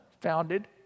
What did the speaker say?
founded